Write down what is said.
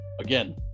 again